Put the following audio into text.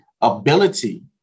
ability